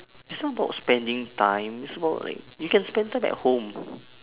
it's not about spending time it's about like you can spend time at home